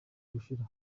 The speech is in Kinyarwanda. gushira